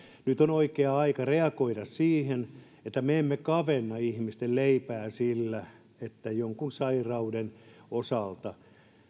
nyt on oikea aika reagoida niin että me emme kavenna ihmisten leipää sillä että jonkun sairauden osalta